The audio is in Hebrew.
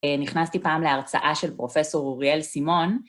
נכנסתי פעם להרצאה של פרופ' אוריאל סימון.